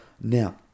Now